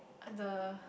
at the